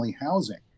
housing